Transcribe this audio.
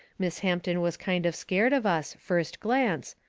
miss hampton was kind of scared of us, first glance,